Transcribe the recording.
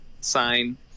sign